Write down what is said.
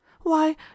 Why